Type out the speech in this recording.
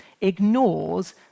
ignores